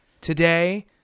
today